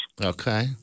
okay